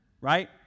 right